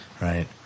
Right